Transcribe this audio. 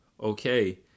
okay